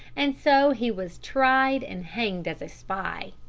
and so he was tried and hanged as a spy.